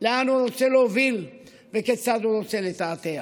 לאן הוא רוצה להוביל וכיצד הוא רוצה לתעתע.